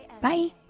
Bye